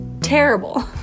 terrible